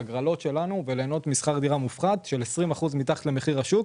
להגרלות שלנו וליהנות משכר דירה מופחת של 20% מתחת למחיר השוק,